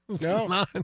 No